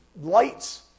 lights